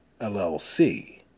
LLC